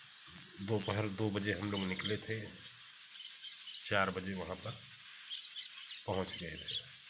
दोपहर दो बजे हम लोग निकले थे चार बजे वहाँ पर पहुँच गए थे